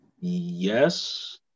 yes